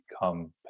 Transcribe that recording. become